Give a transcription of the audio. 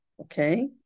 okay